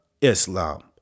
Islam